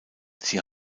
sie